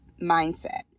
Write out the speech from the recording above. mindset